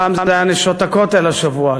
הפעם זה היה "נשות הכותל", השבוע.